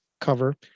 cover